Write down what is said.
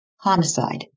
Homicide